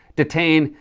detain,